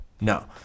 No